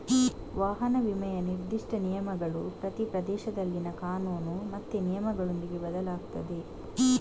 ವಾಹನ ವಿಮೆಯ ನಿರ್ದಿಷ್ಟ ನಿಯಮಗಳು ಪ್ರತಿ ಪ್ರದೇಶದಲ್ಲಿನ ಕಾನೂನು ಮತ್ತೆ ನಿಯಮಗಳೊಂದಿಗೆ ಬದಲಾಗ್ತದೆ